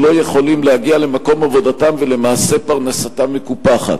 שלא יכולים להגיע למקום עבודתם ולמעשה פרנסתם מקופחת,